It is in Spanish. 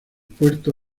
puerto